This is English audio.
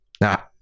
Now